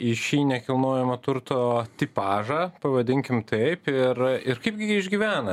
į šį nekilnojamo turto tipažą pavadinkim taip ir ir kaipgi jie išgyvena